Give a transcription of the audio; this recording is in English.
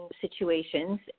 situations